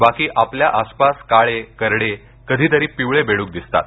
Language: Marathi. बाकी आपल्या आसपास काळे करडे कधीतरी पिवळे बेड्क दिसतात